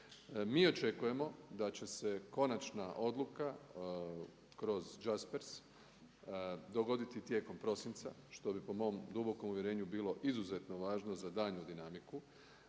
Mi očekujemo da će se konačna odluka kroz Jarspersa dogoditi tijekom prosinca što bi po mom dubokom uvjerenju bilo izuzetno važno za daljnju dinamiku.